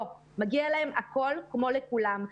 לא, מגיע להם הכול כמו לכולם.